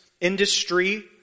industry